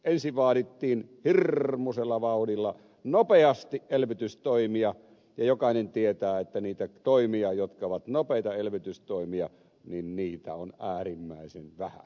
ensin vaadittiin hirmuisella vauhdilla nopeasti elvytystoimia ja jokainen tietää että niitä toimia jotka ovat nopeita elvytystoimia on äärimmäisen vähän